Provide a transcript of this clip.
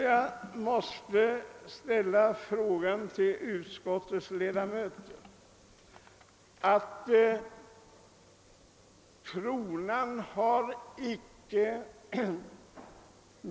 Jag måste ställa en fråga till utskottets ledamöter.